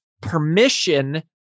permission